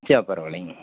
சேர் பரவாயில்லைங்க